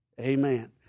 Amen